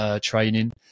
training